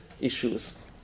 issues